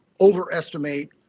overestimate